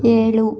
ಏಳು